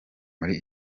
muri